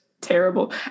terrible